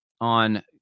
on